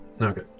Okay